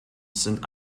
sind